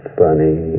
funny